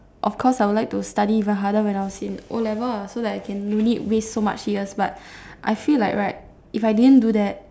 of course I would like to study even harder when I was in O'levels lah so that I can no need waste so much years but I feel like right if I didn't do that